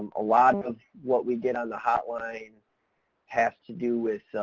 a lot of what we get on the hotline has to do with, ah,